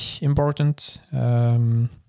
important